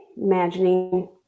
Imagining